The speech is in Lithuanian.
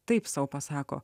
taip sau pasako